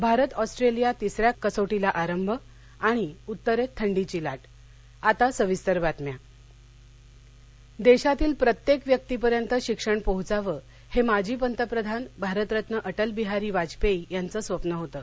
Bharat Australia तिसऱ्या कसोटीस आरंभ उत्तरेत थंडीची लाट मख्यमंत्री शाळा उद्गाटन देशातील प्रत्येक व्यक्तिपर्यंत शिक्षण पोहोचावं हे माजी पंतप्रधान भारतरत्न अटल बिहारी वाजपेयी यांचं स्वप्न होतं